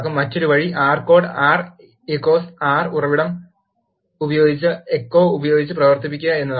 മറ്റൊരു വഴി R code ' R ' ecose R ഉറവിടം ഉപയോഗിച്ച് എക്കോ ഉപയോഗിച്ച് പ്രവർത്തിപ്പിക്കുക എന്നതാണ്